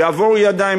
יעבור ידיים,